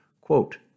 Quote